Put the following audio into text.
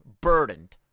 burdened